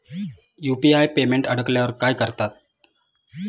UPI payment अडकल्यावर काय करतात?